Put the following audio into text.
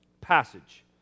passage